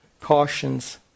cautions